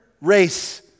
race